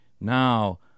now